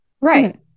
right